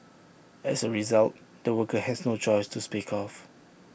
as A result the worker has no choice to speak of